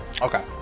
Okay